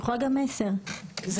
את